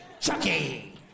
Chucky